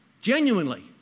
Genuinely